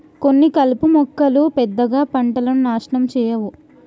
కొన్ని కలుపు మొక్కలు పెద్దగా పంటను నాశనం చేయవు